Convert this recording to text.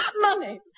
Money